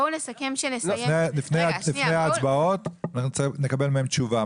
לפני ההצבעות אנחנו נקבל מהם תשובה,